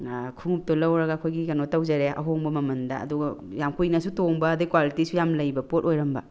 ꯈꯣꯡꯎꯞꯇꯣ ꯂꯧꯔꯒ ꯑꯩꯈꯣꯏꯒꯤ ꯀꯩꯅꯣ ꯇꯧꯖꯔꯦ ꯑꯍꯣꯡꯕ ꯃꯃꯜꯗ ꯑꯗꯨꯒ ꯌꯥꯝ ꯀꯨꯏꯅꯁꯨ ꯇꯣꯡꯕ ꯑꯗꯒꯤ ꯀ꯭ꯋꯥꯂꯤꯇꯤꯁꯨ ꯌꯥꯝ ꯂꯩꯕ ꯄꯣꯠ ꯑꯣꯏꯔꯝꯕ